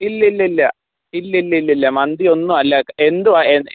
ഇല്ല ഇല്ല ഇല്ല ഇല്ല ഇല്ല ഇല്ല ഇല്ല മന്തിയൊന്നും അല്ല എന്തുവാണ്